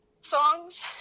songs